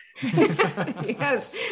yes